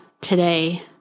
today